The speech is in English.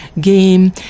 game